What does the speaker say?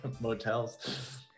motels